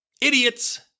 idiots